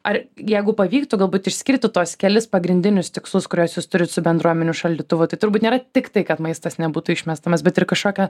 ar jeigu pavyktų galbūt išskirti tuos kelis pagrindinius tikslus kuriuos jūs turit su bendruomenių šaldytuvu tai turbūt nėra tiktai kad maistas nebūtų išmetamas bet ir kažkokią